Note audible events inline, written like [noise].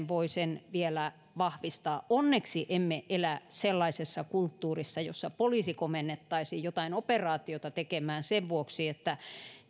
[unintelligible] voi sen vielä vahvistaa onneksi emme elä sellaisessa kulttuurissa jossa poliisi komennettaisiin jotain operaatiota tekemään sen vuoksi että